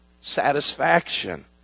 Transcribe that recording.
satisfaction